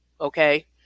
Okay